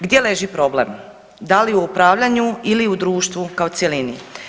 Gdje leži problem, da li u upravljanju ili u društvu kao cjelini?